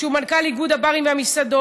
שהוא מנכ"ל איגוד הברים והמסעדות,